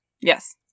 Yes